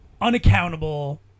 unaccountable